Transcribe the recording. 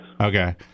Okay